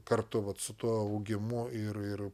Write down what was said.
kartu vat su tuo augimu ir ir